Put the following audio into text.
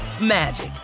magic